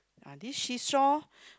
are this seesaw